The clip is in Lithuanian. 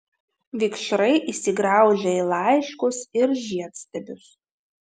vikšrai įsigraužia į laiškus ir žiedstiebius